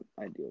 ideal